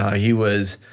he was